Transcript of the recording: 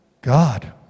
God